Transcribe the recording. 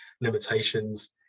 limitations